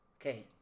Okay